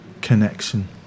connection